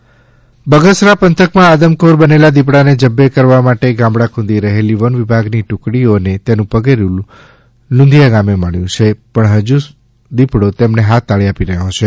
આદમખોર દીપડો બગસરા પંથકમાં આદમખોર બનેલા દીપડાને જબ્બે કરવા માટે ગામડા ખૂંદી રહેલી વન વિભાગ ની ટુકડીઓ ને તેનું પગેરું લુંધીયા ગામે મળ્યું છે પણ હજુ દીપડી તેમણે હાથતાળી આપી રહ્યો છે